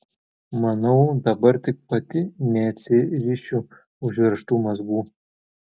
manau dabar tik pati neatsirišiu užveržtų mazgų